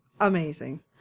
amazing